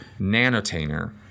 nanotainer